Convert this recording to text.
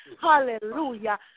Hallelujah